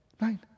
Nine